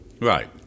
Right